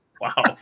Wow